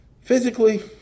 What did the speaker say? physically